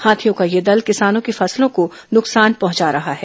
हाथियों का यह दल किसानों की फसलों को नुकसान पहुंचा रहा है